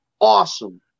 awesome